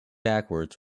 backwards